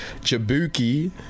Jabuki